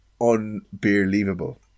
unbelievable